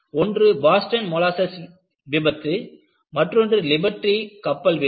ஒன்று Boston molasses விபத்து மற்றொன்று லிபர்டி கப்பல் விபத்து